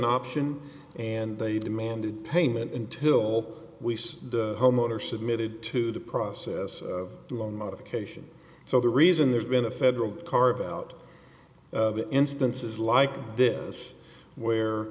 an option and they demanded payment until we saw the homeowner submitted to the process long modification so the reason there's been a federal carve out instances like this where